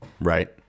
right